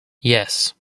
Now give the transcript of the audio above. yes